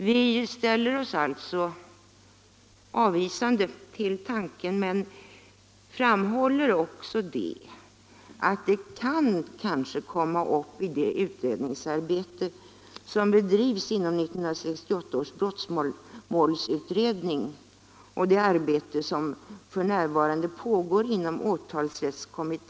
Viställer oss alltså avvisande till tanken på jourdomstolar men framhåller att den kanske kan omfattas av det utredningsarbete som bedrivs inom 1968 års brottmålsutredning och det arbete som nu pågår inom åtalsrättskommittén.